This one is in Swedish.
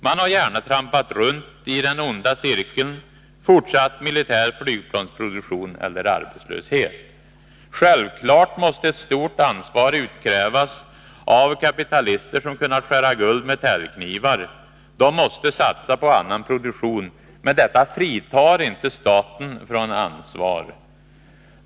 Man har gärna trampat runt i den onda cirkeln: fortsatt militär flygplansproduktion eller arbetslöshet. Självfallet måste ett stort ansvar utkrävas av kapitalister, som kunnat skära guld med täljknivar. De måste satsa på annan produktion, men detta fritar inte staten från ansvar.